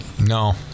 no